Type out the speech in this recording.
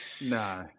No